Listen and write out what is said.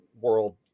world